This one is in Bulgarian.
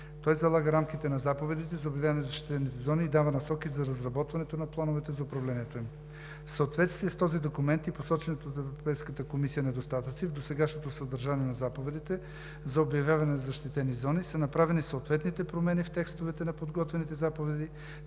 Той залага рамките на заповедите за обявяване на защитените зони и дава насоки за разработването на плановете за управлението им. В съответствие с този документ и посочените от Европейската комисия недостатъци в досегашното съдържание на заповедите за обявяване на защитени зони са направени съответните промени в текстовете на подготвените заповеди,